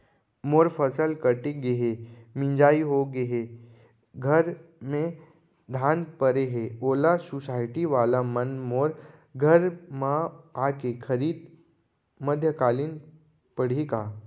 मोर फसल कट गे हे, मिंजाई हो गे हे, घर में धान परे हे, ओला सुसायटी वाला मन मोर घर म आके खरीद मध्यकालीन पड़ही का?